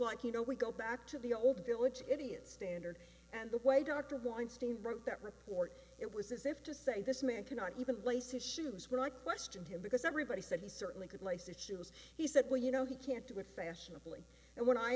like you know we go back to the old village idiot standard and the way dr weinstein wrote that report it was as if to say this man cannot even place issues when i questioned him because everybody said he certainly could life that she was he said well you know he can't do it fashionably and when i